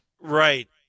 Right